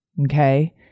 Okay